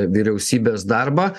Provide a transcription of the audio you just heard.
vyriausybės darbą